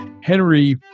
Henry